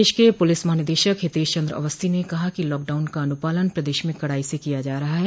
प्रदेश के पुलिस महानिदेशक हितेष चन्द्र अवस्थी ने कहा कि लॉकडाउन का अनुपालन प्रदेश में कड़ाई से किया जा रहा है